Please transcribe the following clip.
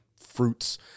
fruits